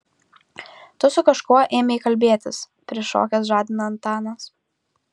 tu su kažkuo ėmei kalbėtis prišokęs žadina antanas